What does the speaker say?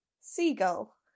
Seagull